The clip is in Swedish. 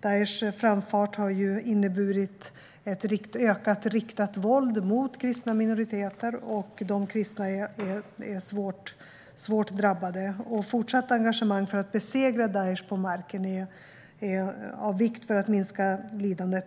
Daishs framfart har inneburit ett ökat riktat våld mot kristna minoriteter, som är svårt drabbade. Fortsatt engagemang för att besegra Daish på marken är av vikt för att minska lidandet.